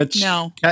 No